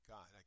God